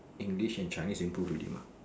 English and Chinese improve already mah